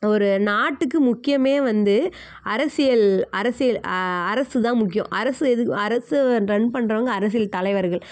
ஒரு நாட்டுக்கு முக்கியமே வந்து அரசியல் அரசியல் அரசு தான் முக்கியம் அரசு எது அரசு ரன் பண்ணுறவங்க அரசியல் தலைவர்கள்